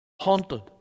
haunted